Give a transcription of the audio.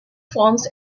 forms